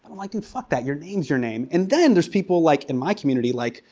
and like dude, fuck that. your name's your name. and then there's people like in my community like,